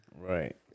Right